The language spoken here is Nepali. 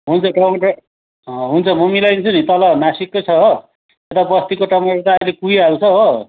हुन्छ टमाटर हुन्छ म मिलाइदिन्छु नि तल नासिककै छ हो यता बस्तीको टमाटर त आहिले कुहिहाल्छ हो